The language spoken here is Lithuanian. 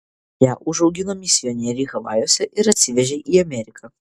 ją užaugino misionieriai havajuose ir atsivežė į ameriką